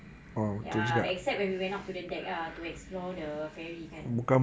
ya except when we went out to the deck ah to explore the ferry kan